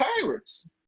tyrants